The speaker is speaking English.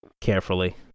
carefully